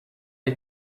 est